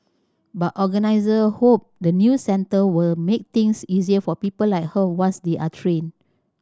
but organisers hope the new centre will make things easier for people like her once they are trained